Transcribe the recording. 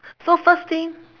so first thing